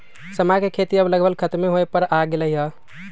समा के खेती अब लगभग खतमे होय पर आ गेलइ ह